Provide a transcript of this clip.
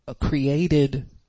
created